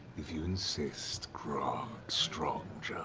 if you insist, grog strongjaw.